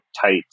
tight